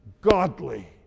godly